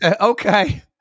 Okay